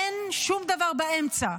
אין שום דבר באמצע,